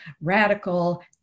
radical